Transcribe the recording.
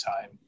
time